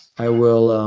i will